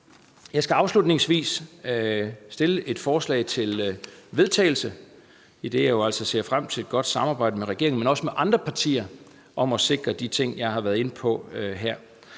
Jeg skal afslutningsvis fremsætte et forslag til vedtagelse, idet jeg jo altså ser frem til et godt samarbejde med regeringen, men også med andre partier om at sikre de ting, jeg har været inde på.